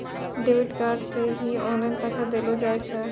debit card से भी online पैसा देलो जाय छै